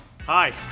Hi